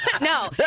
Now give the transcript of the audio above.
No